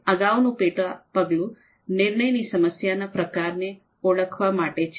આગળનું પેટા પગલું નિર્ણયની સમસ્યાના પ્રકારને ઓળખવા માટે છે